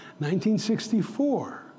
1964